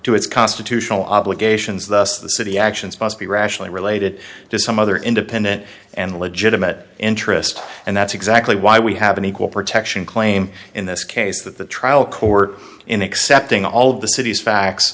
to its constitutional obligations thus the city actions must be rationally related to some other independent and legitimate interest and that's exactly why we have an equal protection claim in this case that the trial court in accepting all of the city's facts